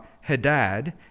Hadad